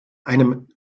einem